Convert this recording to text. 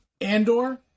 Andor